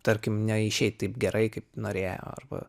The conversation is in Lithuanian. tarkim neišeit taip gerai kaip norėjo arba